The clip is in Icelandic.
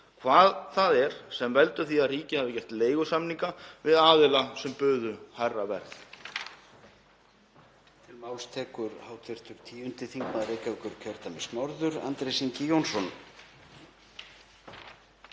hvað það er sem veldur því að ríkið hafi gert leigusamninga við aðila sem buðu hærra verð.